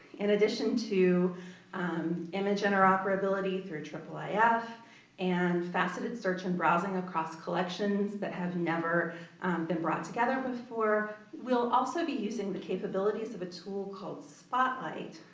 in addition to image interoperability through triple ah if and faceted search and browsing across collections that have never been brought together before, we'll also be using the capabilities of a tool called spotlight,